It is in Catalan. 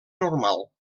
normal